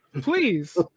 Please